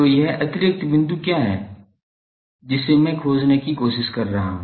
तो यह अतिरिक्त बिंदु क्या है जिसे मैं खोजने की कोशिश कर रहा हूं